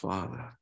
Father